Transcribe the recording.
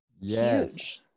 yes